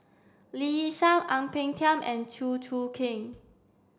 Lee Yi Shyan Ang Peng Tiam and Chew Choo Keng